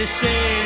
say